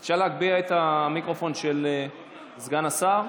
אפשר להגביה את המיקרופון של סגן השר?